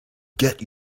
get